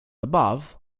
above